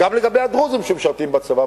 גם לגבי הדרוזים שמשרתים בצבא.